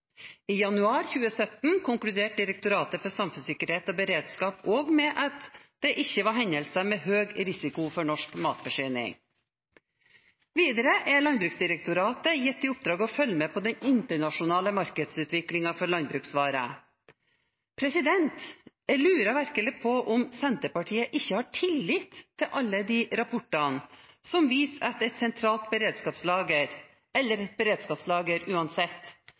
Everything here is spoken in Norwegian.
I januar 2017 konkluderte Direktoratet for samfunnssikkerhet og beredskap også med at det ikke var hendelser med høy risiko for norsk matforsyning. Videre er Landbruksdirektoratet gitt i oppdrag å følge med på den internasjonale markedsutviklingen for landbruksvarer. Jeg lurer virkelig på om Senterpartiet ikke har tillit til alle rapportene som viser at et sentralt beredskapslager – eller et beredskapslager uansett